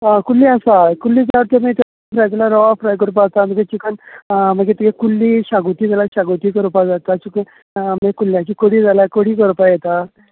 हय कुल्ल्यो आसा कुल्ल्यो सारक्यो तुमी रवा फ्राय करपाक आता मागीर तुगे कुल्ली शाक शागोती जाल्यार शागोती करपाक जाता अशे करून आमगे कुल्ल्यांची कडी जाल्यार कडी करपाक येता